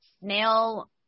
snail